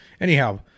Anyhow